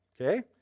okay